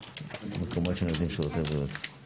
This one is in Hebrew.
אני חושבת שחשוב לא להתעלם מנפגעי מדיניות המלחמה בקורונה.